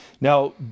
Now